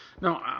No